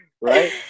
right